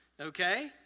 Okay